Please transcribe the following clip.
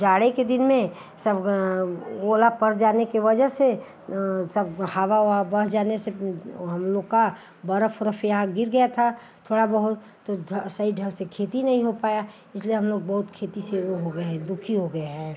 जाड़े के दिन में सब ओला पड़ जाने की वज़ह से सब हवा उवा बह जाने से हम लोग का बर्फ़ उर्फ़ यहाँ गिर गई थी थोड़ा बहुत तो सही ढंग से खेती नहीं हो पाई इसलिए हम लोग बहुत खेती से वह हो गए हैं दुखी हो गए हैं